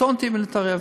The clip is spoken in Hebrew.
קטונתי מלהתערב.